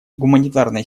гуманитарная